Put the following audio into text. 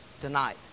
tonight